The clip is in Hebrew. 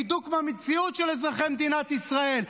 ניתוק מהמציאות של אזרחי מדינת ישראל.